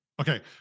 Okay